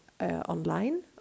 online